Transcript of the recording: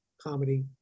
comedy